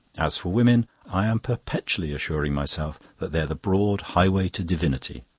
as for women, i am perpetually assuring myself that they're the broad highway to divinity.